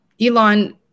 Elon